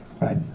right